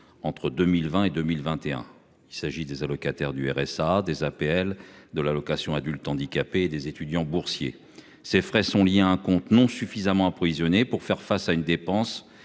entre 2020 et 2021. Il s'agit des allocataires du RSA des APL de l'allocation adulte handicapé et des étudiants boursiers. Ces frais sont liés à un compte non suffisamment approvisionné. Pour faire face à une dépense